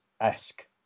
esque